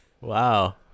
Wow